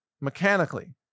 Mechanically